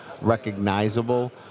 recognizable